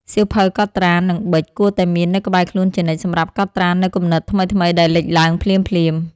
សៀវភៅកត់ត្រា និងប៊ិច គួរតែមាននៅក្បែរខ្លួនជានិច្ចសម្រាប់កត់ត្រានូវគំនិតថ្មីៗដែលលេចឡើងភ្លាមៗ។